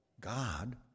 God